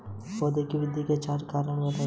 पौधे की वृद्धि के चार चरण क्या हैं?